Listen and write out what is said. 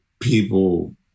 People